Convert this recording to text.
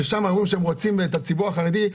שם אמרו שהם רוצים את הציבור החרדי,